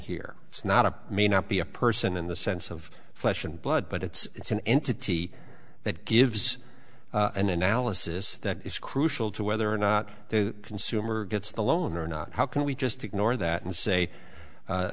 here it's not a may not be a person in the sense of flesh and blood but it's an entity that gives an analysis that is crucial to whether or not the consumer gets the loan or not how can we just ignore that and say